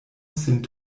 sin